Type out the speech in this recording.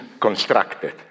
constructed